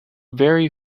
very